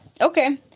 Okay